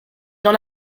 dans